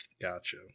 Gotcha